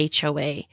HOA